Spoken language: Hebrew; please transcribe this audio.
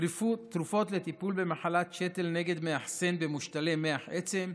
תרופות לטיפול במחלת שתל נגד מאכסן במושתלי מח עצם,